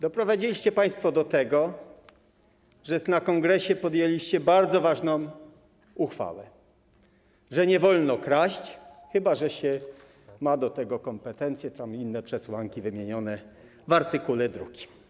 Doprowadziliście państwo do tego, że na kongresie podjęliście bardzo ważną uchwałę: nie wolno kraść, chyba że się ma do tego kompetencje i inne przesłanki wymienione w art. 2.